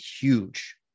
huge